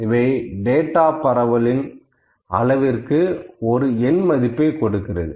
இவை டேட்டா பரவலின் அளவிற்கு ஒரு எண் மதிப்பை கொடுக்கிறது